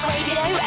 Radio